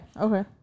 okay